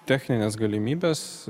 technines galimybes